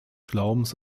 glaubens